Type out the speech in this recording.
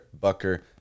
Bucker